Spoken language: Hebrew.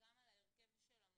היא עובדת משרד.